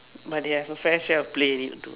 but they have a fresh air to play it though